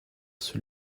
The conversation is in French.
sur